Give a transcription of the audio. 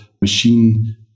machine